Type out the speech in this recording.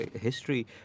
history